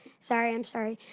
sorry i'm sorry.